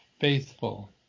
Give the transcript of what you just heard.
faithful